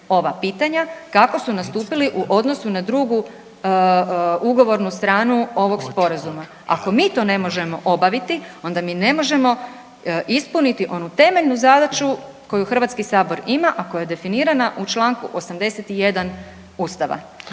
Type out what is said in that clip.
ova pitanja, kako su nastupili u odnosu na drugu ugovornu stranu ovog Sporazuma. Ako mi to ne možemo obaviti, onda mi ne možemo ispuniti onu temeljnu zadaću koju Hrvatski sabor ima, a koje je definirana u čl. 81 Ustava.